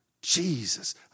Jesus